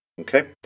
Okay